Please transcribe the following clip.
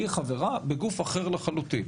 היא חברה בגוף אחר לחלוטין.